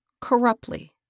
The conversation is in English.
corruptly